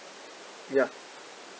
ya